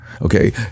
okay